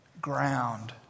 ground